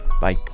Bye